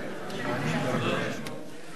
(הוראת שעה),